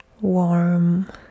warm